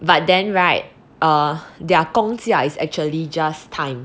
but then right err their 工价 is actually just time